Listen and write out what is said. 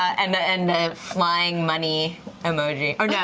and and the flying money emoji. oh no,